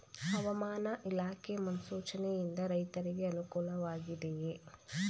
ಹವಾಮಾನ ಇಲಾಖೆ ಮುನ್ಸೂಚನೆ ಯಿಂದ ರೈತರಿಗೆ ಅನುಕೂಲ ವಾಗಿದೆಯೇ?